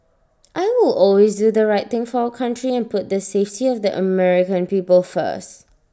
I will always do the right thing for our country and put the safety of the American people first